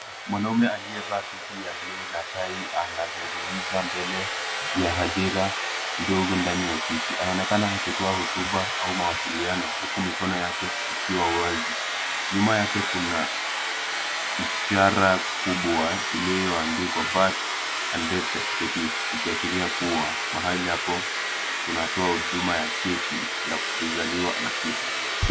Mwanaume aliyevaa suti ya bluu na tai anazungumza mbele ya hadhira ndogo ndani ya ofisi. Anaonekana akitoa hotuba au mawasiliano huku mikono yake ikiwa wazi. Nyuma yake kuna ishara kubwa iliyoandikwa Birth and Death Certificates ikiashiria kuwa mahali hapo kunatoa huduma ya cheti ya kuzaliwa na kifo.